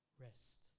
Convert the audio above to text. rest